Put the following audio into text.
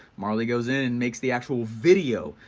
marley goes in, and makes the actual video,